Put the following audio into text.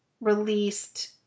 released